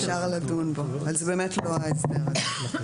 אפשר לדון בו אבל זה באמת לא ההסדר הזה.